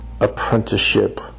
apprenticeship